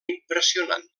impressionant